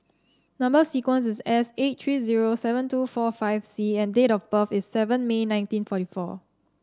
number sequence is S eight three zero seven two four five C and date of birth is seven May nineteen forty four